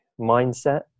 mindset